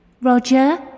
Roger